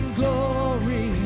glory